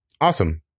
awesome